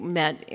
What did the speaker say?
met